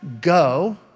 go